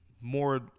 more